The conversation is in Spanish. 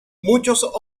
muchos